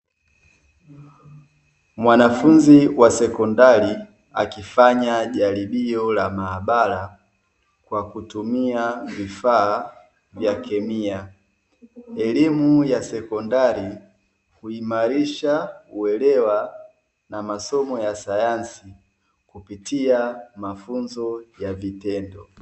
Mwanafunzi wa sekondari akifanya jaribio la maabara kwa kutumia vifaa vya kemia. Elimu ya sekondari huimarisha uelewa wa masomo ya sayansi kupitia mafunzo ya vitendo.